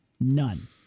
None